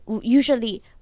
usually